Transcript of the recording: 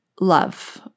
love